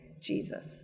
Jesus